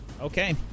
Okay